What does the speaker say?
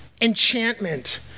enchantment